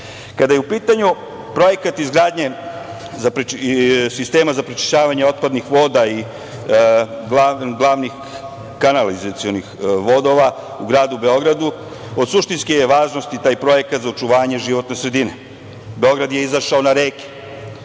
je u pitanju projekat izgradnje sistema za prečišćavanje otpadnih voda i glavnih kanalizacionih vodova u gradu Beogradu, od suštinske je važnosti taj projekat za očuvanje životne sredine. Beograd je izašao na reke,